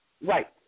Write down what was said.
Right